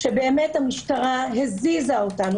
שבאמת המשטרה הזיזה אותנו.